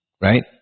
right